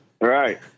right